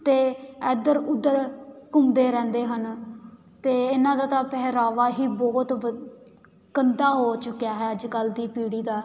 ਅਤੇ ਇੱਧਰ ਉੱਧਰ ਘੁੰਮਦੇ ਰਹਿੰਦੇ ਹਨ ਅਤੇ ਇਹਨਾਂ ਦਾ ਤਾਂ ਪਹਿਰਾਵਾ ਹੀ ਬਹੁਤ ਵ ਗੰਦਾ ਹੋ ਚੁੱਕਿਆ ਹੈ ਅੱਜ ਕੱਲ੍ਹ ਦੀ ਪੀੜ੍ਹੀ ਦਾ